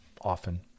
often